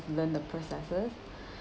learn the processes